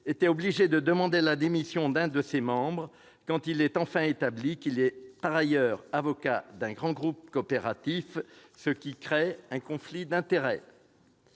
été obligé de demander la démission de l'un de ses membres quand il a enfin été établi que celui-ci était par ailleurs avocat d'un groupe coopératif, ce qui créait un conflit d'intérêts.